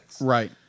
Right